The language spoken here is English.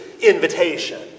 invitation